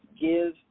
give